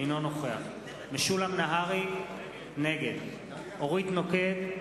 אינו נוכח משולם נהרי נגד אורית נוקד,